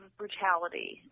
brutality